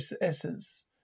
essence